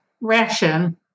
ration